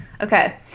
Okay